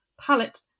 palette